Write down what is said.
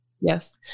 Yes